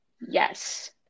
yes